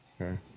Okay